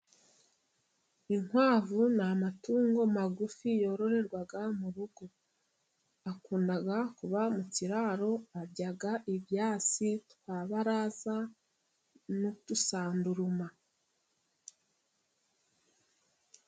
Inkwavu ni amatungo magufi yororerwa mu rugo, akunda kuba mu kiraro, arya ibyasi bya Baraza n'udusanduruma.